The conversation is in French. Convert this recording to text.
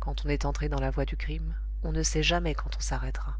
quand on est entré dans la voie du crime on ne sait jamais quand on s'arrêtera